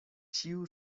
ĉio